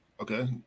Okay